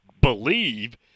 believe